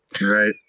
Right